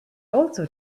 also